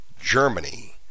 germany